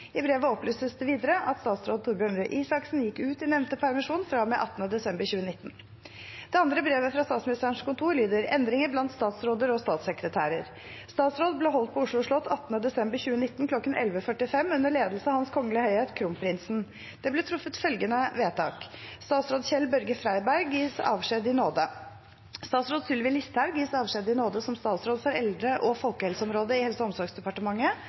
I brevet opplyses det videre at statsråd Torbjørn Røe Isaksen gikk ut i nevnte permisjon fra og med 18. desember 2019. Det andre brevet fra Statsministerens kontor omhandler endringer blant statsråder og statssekretærer, og lyder: «Statsråd ble holdt på Oslo slott 18. desember 2019 kl. 1145 under ledelse av Hans Kongelige Høyhet Kronprinsen. Det ble truffet følgende vedtak: Statsråd Kjell-Børge Freiberg gis avskjed i nåde. Statsråd Sylvi Listhaug gis avskjed i nåde som statsråd for eldre- og folkehelseområdet i Helse- og omsorgsdepartementet